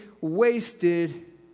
wasted